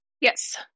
yes